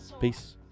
Peace